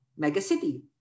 megacity